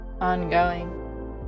ongoing